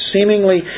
seemingly